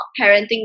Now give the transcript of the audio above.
parenting